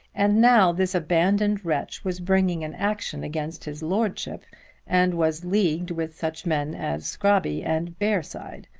and now this abandoned wretch was bringing an action against his lordship and was leagued with such men as scrobby and bearside!